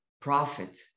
profit